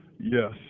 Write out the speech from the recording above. Yes